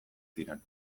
ziren